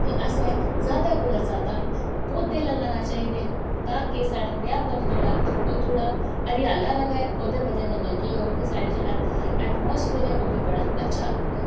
ते असें जैदा कोला जैदा पौधे लगाना चाहिदे तां कि साढ़ा पर्यावरण जेह्ड़ा ओह् थोह्डा हरियाला र'वे ओह्दी ब'जा कन्नै केह् होग साढ़ा जेह्ड़ा ऐटमास्फेयर ऐ ओह् बी बड़ा अच्छा होना ऐ